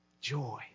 joy